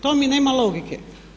To mi nema logike.